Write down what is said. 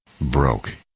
broke